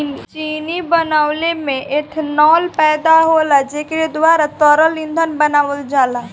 चीनी बनवले में एथनाल पैदा होला जेकरे द्वारा तरल ईंधन बनावल जाला